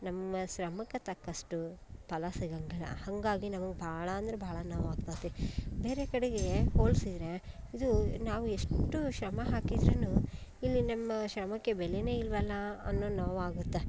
ನಮ್ಮ ಶ್ರಮಕ್ಕ ತಕ್ಕಷ್ಟು ಫಲ ಸಿಗೊಂಗಿಲ್ಲ ಹಾಗಾಗಿ ನಮ್ಗೆ ಭಾಳ ಅಂದರೆ ಭಾಳ ನೋವು ಆಗತೈತಿ ಬೇರೆ ಕಡೆಗೆ ಹೋಲಿಸಿದ್ರೆ ಇದು ನಾವು ಎಷ್ಟು ಶ್ರಮ ಹಾಕಿದರೂನು ಇಲ್ಲಿ ನಮ್ಮ ಶ್ರಮಕ್ಕೆ ಬೆಲೆಯೇ ಇಲ್ಲವಲ್ಲ ಅನ್ನೋ ನೋವು ಆಗತ್ತೆ